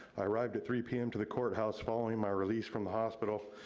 i arrived at three p m. to the courthouse following my release from the hospital.